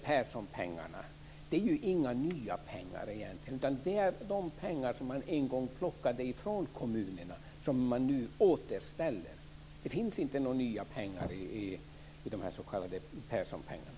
Perssonpengarna är egentligen inga nya pengar, utan det är fråga om de pengar som man en gång plockade ifrån kommunerna och som man nu återställer. Det handlar alltså inte om några nya pengar när det gäller de s.k. Perssonpengarna.